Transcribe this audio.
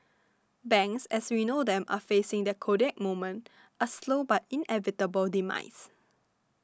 banks as we know them are facing their Kodak moment a slow but inevitable demise